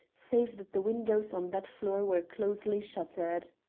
save that the windows on that floor were closely shuttered.